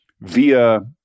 via